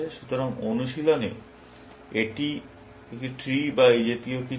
সুতরাং অনুশীলনে এটি একটি ট্রি বা এই জাতীয় কিছু